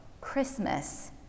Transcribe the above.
Christmas